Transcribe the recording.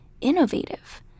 innovative